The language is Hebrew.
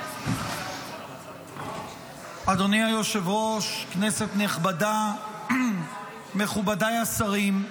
אדוני היושב-ראש, כנסת נכבדה, מכובדיי השרים,